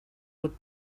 would